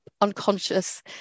unconscious